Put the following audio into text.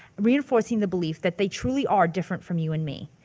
reinforcing the belief that they truly are different from you and me.